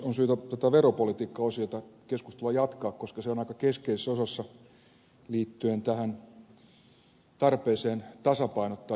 on syytä tätä veropolitiikkaosiokeskustelua jatkaa koska se on aika keskeisessä osassa liittyen tähän tarpeeseen tasapainottaa julkista taloutta